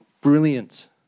Brilliant